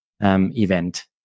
event